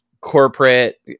corporate